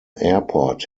airport